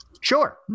Sure